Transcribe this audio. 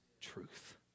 truth